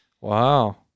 Wow